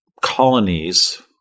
colonies